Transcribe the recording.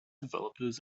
developers